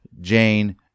Jane